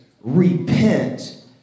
repent